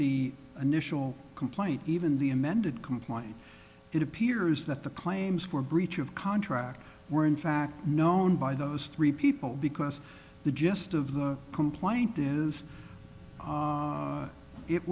the initial complaint even the amended complaint it appears that the claims for breach of contract were in fact known by those three people because the gist of the complaint is